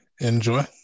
Enjoy